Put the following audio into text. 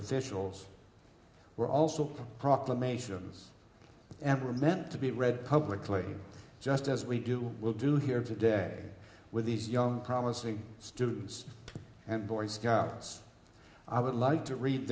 officials were also called proclamations and were meant to be read publicly just as we do we'll do here today with these young promising students and boy scouts i would like to read